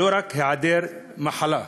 ולא רק היעדר מחלה.